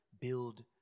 build